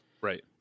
Right